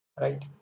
right